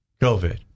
COVID